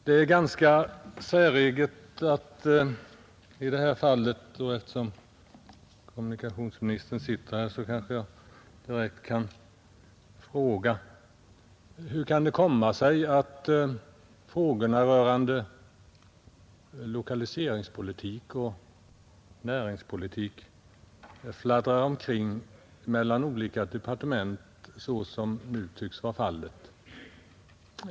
Eftersom kommunikationsministern sitter här kanske jag kan få ställa en direkt fråga till honom om ett ganska egendomligt förhållande: Hur kan det komma sig att frågorna rörande lokaliseringspolitik och näringspolitik fladdrar omkring mellan olika departement såsom nu tycks vara fallet?